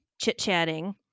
chit-chatting